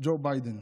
ג'ו ביידן.